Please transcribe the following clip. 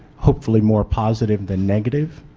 hopefully more positive than negative,